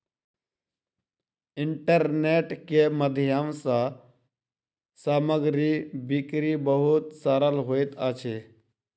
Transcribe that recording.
internet के माध्यम सँ सामग्री बिक्री बहुत सरल होइत अछि